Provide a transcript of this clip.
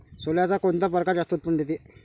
सोल्याचा कोनता परकार जास्त उत्पन्न देते?